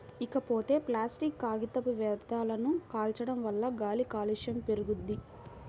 ఇకపోతే ప్లాసిట్ కాగితపు వ్యర్థాలను కాల్చడం వల్ల గాలి కాలుష్యం పెరుగుద్ది